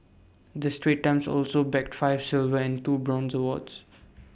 the straits times also bagged five silver and two bronze awards